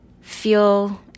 feel